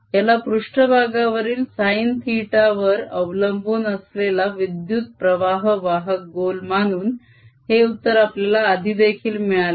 याला पृष्ट्भागावरील sin θ वर अवलंबून असलेला विद्युत प्रवाह वाहक गोल मानून हे उत्तर आपल्याला आधी देखील मिळाले आहे